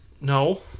No